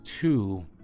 Two